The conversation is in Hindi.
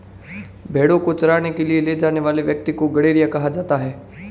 भेंड़ों को चराने के लिए ले जाने वाले व्यक्ति को गड़ेरिया कहा जाता है